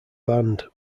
band